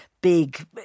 big